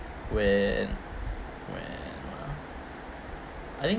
when when ah I think